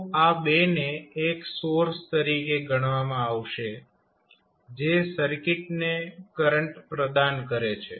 તો આ બે ને એક સોર્સ તરીકે ગણવામાં આવશે જે સર્કિટને કરંટ પ્રદાન કરે છે